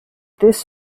this